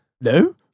No